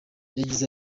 yagize